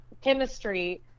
chemistry